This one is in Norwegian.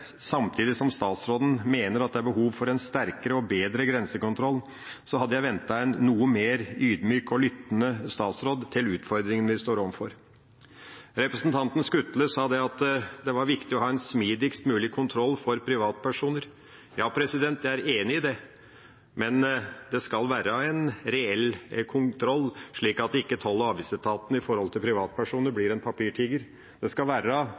samtidig som statsråden mener det er behov for en sterkere og bedre grensekontroll, hadde jeg ventet en noe mer ydmyk og lyttende statsråd med tanke på utfordringen vi står overfor. Representanten Skutle sa at det var viktig å ha en mest mulig smidig kontroll for privatpersoner. Ja, jeg er enig i det, men det skal være en reell kontroll, slik at ikke Toll- og avgiftsetaten blir en papirtiger når det gjelder privatpersoner. Det skal være